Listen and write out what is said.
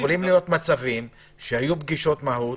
יכולים להיות מצבים שהיו פגישות מהו"ת,